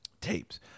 tapes